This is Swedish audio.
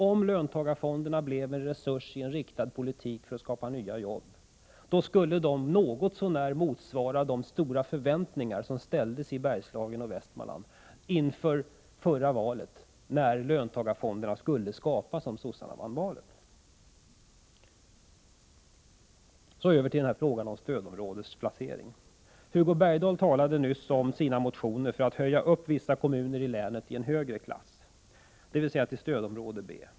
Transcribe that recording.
Om löntagarfonderna blev en resurs i en riktad politik för att skapa nya jobb, skulle de något så när motsvara de stora förväntningar som ställdes i Bergslagen och i Västmanland inför förra valet, då det framhölls att löntagarfonderna skulle genomföras om socialdemokraterna vann valet. Så över till frågan om stödområdesinplacering. Hugo Bergdahl talade nyss om sina motioner för att höja upp vissa kommuner i länet i en högre klass, dvs. till stödområde B.